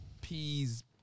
peas